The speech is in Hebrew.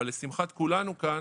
אבל לשמחת כולנו כאן,